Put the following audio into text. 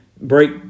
break